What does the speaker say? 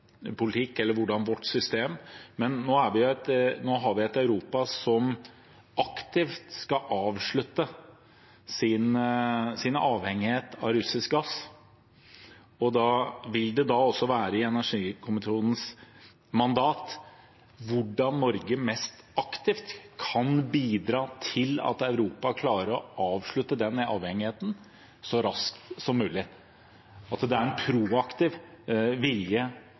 eller vårt system, men om at vi nå har et Europa som aktivt skal avslutte sin avhengighet av russisk gass. Vil det da være i energikommisjonens mandat hvordan Norge mest aktivt kan bidra til at Europa klarer å avslutte denne avhengigheten så raskt som mulig, at det er en proaktiv vilje,